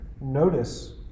Notice